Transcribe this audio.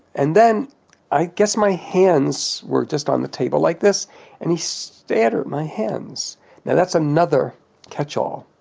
and then i guess my hands were just on the table like this and he stared at my hands. now that's another catch all,